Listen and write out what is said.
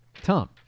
Tom